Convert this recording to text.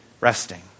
resting